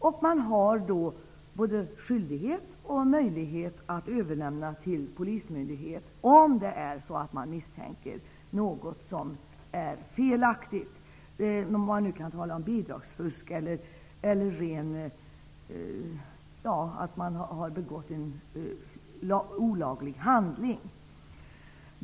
Därigenom har man både skyldighet och möjlighet att överlämna ärendet till polismyndighet, om man misstänker att något är felaktigt -- om man nu kan tala om bidragsfusk eller begången olaglig handling.